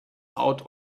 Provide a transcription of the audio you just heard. out